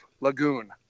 Lagoon